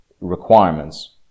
requirements